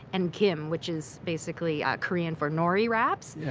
and gim, which is basically korean for nori wraps. yeah